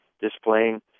displaying